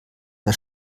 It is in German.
das